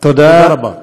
תודה רבה.